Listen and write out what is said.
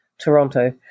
Toronto